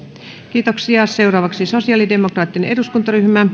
kiitoksia seuraavaksi sosiaalidemokraattinen eduskuntaryhmä